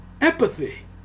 empathy